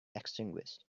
extinguished